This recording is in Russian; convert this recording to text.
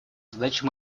задаче